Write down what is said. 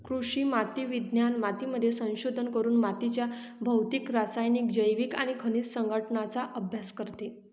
कृषी माती विज्ञान मातीमध्ये संशोधन करून मातीच्या भौतिक, रासायनिक, जैविक आणि खनिज संघटनाचा अभ्यास करते